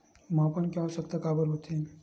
मापन के आवश्कता काबर होथे?